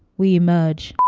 we emerge